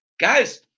Guys